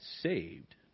saved